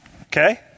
okay